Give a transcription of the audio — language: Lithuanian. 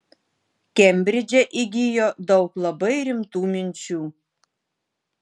kembridže įgijo daug labai rimtų minčių